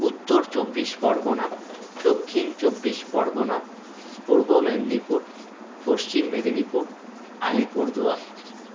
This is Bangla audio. উত্তর চব্বিশ পরগনা দক্ষিণ চব্বিশ পরগনা পূর্ব মেদিনীপুর পশ্চিম মেদিনীপুর আলিপুরদুয়ার